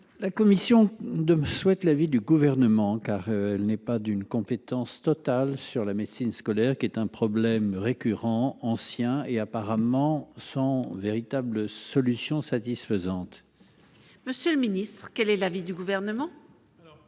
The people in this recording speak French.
La commission de me souhaite l'avis du gouvernement, car elle n'est pas d'une compétence totale sur la médecine scolaire, qui est un problème récurrent, ancien et apparemment sans véritable solution satisfaisante. Monsieur le Ministre, quel est l'avis du gouvernement.